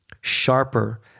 sharper